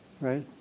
right